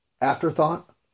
afterthought